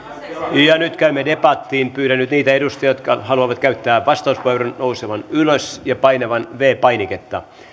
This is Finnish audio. ja nyt käymme debattiin pyydän nyt niitä edustajia jotka haluavat käyttää vastauspuheenvuoron nousemaan ylös ja painamaan viides painiketta